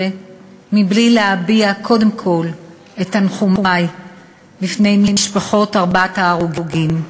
בלי להביע קודם כול את תנחומי למשפחות ארבעת ההרוגים,